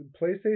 PlayStation